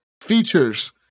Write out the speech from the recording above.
Features